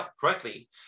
correctly